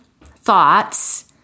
thoughts